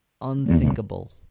unthinkable